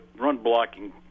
run-blocking